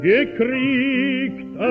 Gekriegt